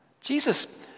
Jesus